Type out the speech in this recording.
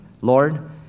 Lord